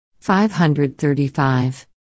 535